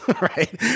Right